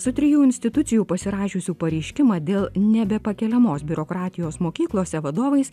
su trijų institucijų pasirašiusių pareiškimą dėl nebepakeliamos biurokratijos mokyklose vadovais